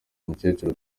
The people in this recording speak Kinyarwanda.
umukecuru